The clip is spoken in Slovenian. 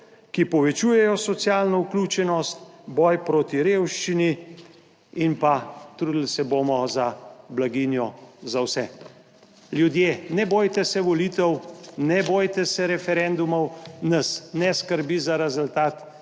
ki povečujejo socialno vključenost, boj proti revščini in pa trudili se bomo za blaginjo za vse. Ljudje, ne bojte se volitev, ne bojte se referendumov, nas ne skrbi za rezultat.